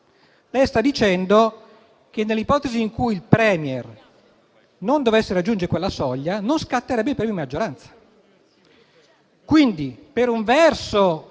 lei sta dicendo che, nell'ipotesi in cui il *Premier* non dovesse raggiunge quella soglia, non scatterebbe il premio di maggioranza. Quindi, per un verso,